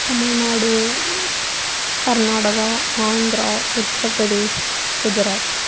Tamil Nadu Karnataka Andhra Uttar Pradesh Gujarat